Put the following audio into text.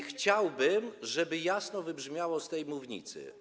Chciałbym, żeby to jasno wybrzmiało z tej mównicy.